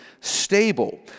stable